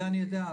את זה אני יודע,